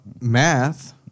Math